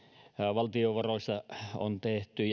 valtiovaroissa on tehty